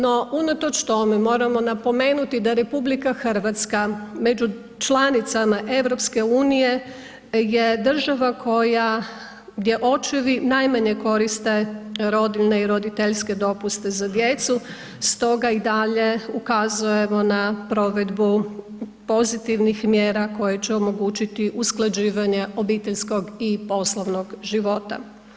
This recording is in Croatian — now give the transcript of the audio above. No, unatoč tome, moramo napomenuti da RH među članicama EU je država koja gdje očevi najmanje koriste rodiljne i roditeljske dopuste za djecu, stoga i dalje ukazujemo na provedbu pozitivnih mjera koje će omogućiti usklađivanje obiteljskog i poslovnog života.